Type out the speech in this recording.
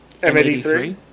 M83